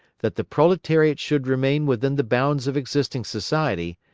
that the proletariat should remain within the bounds of existing society,